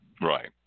right